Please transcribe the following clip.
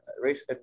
race